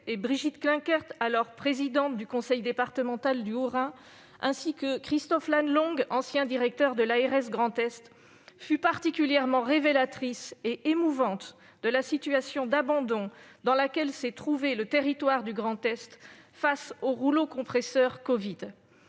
et Brigitte Klinkert, alors présidente du conseil départemental du Haut-Rhin, ainsi que de M. Christophe Lannelongue, ancien directeur de l'ARS du Grand Est fut particulièrement émouvante et révélatrice de la situation d'abandon dans laquelle s'est trouvé le territoire du Grand Est face au rouleau compresseur de